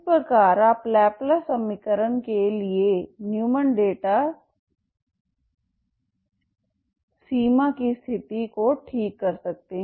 इस प्रकार आप लैपलेस समीकरण के लिए न्यूमैन डेटा सीमा की स्थिति को ठीक कर सकते हैं